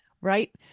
Right